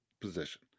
position